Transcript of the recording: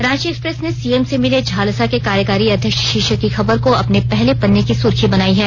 Ranchi Express ने CM से मिले झालसा के कार्यकारी अध्यक्ष शीर्षक की खबर को अपने पहले पन्ने की सुर्खियां बनायी है